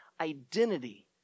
identity